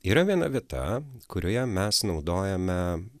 yra viena vieta kurioje mes naudojame